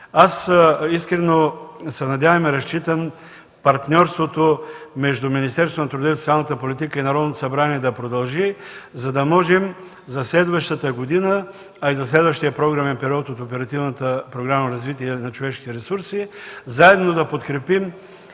Искрено се надявам и разчитам партньорството между Министерството на труда и социалната политика и Народното събрание да продължи, за да можем за следващата година, а и за следващия програмен период от Оперативната програма „Развитие на човешките ресурси”, заедно да подкрепим